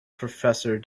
professor